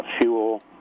fuel